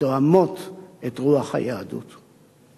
שתואמות את רוח היהדות.